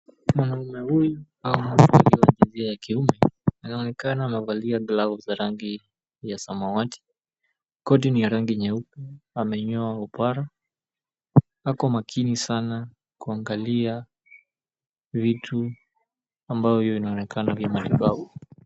Mwanaume huyu ama mtu wa jinsia ya kiume anaonekana amevalia glavu za rangi ya samawati, koti ni ya rangi nyeupe, amenyoa upara ako makini sana kuangalia vitu ambayo vinaonekana ni vya matibabu.